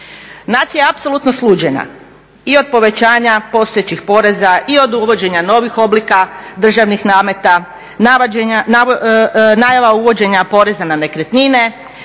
Nacija je apsolutno sluđena, i od povećanja postojećih poreza i od uvođenja novih oblika državnih nameta, najava uvođenja poreza na nekretnine